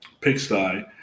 pigsty